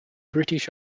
british